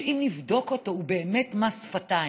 שאם נבדוק אותו הוא באמת מס שפתיים,